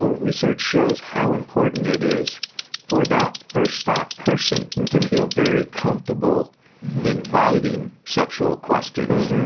ah research shows how important it is for that first stop person to feel very comfortable inviting sexual questions